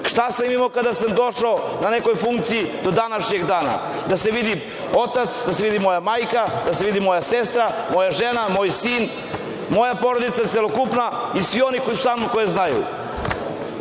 šta sam imao kada sam došao na neku funkciju do današnjeg dana, da se vidi otac, da se vidi moja majka, da se vidi moja sestra, moja žena, moj sin, moja porodica celokupna i svi oni koji su sa mnom i koji me znaju.